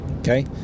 Okay